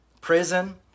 prison